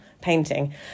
painting